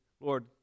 Lord